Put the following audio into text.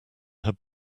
had